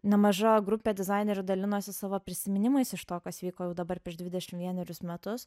nemaža grupė dizainerių dalinosi savo prisiminimais iš to kas vyko jau dabar prieš dvidešim vienerius metus